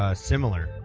ah similar,